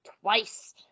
twice